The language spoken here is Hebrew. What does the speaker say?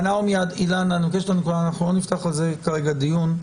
אנחנו לא נפתח את זה כרגע דיון.